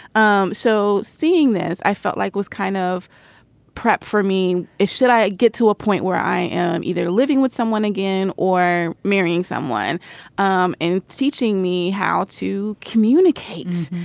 um so seeing this i felt like was kind of prep for me should i get to a point where i am either living with someone again or marrying someone um and teaching me how to communicate.